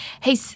hey